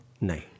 no